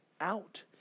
out